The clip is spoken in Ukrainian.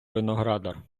виноградар